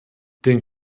den